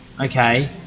okay